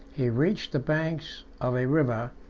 he reached the banks of a river,